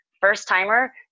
first-timer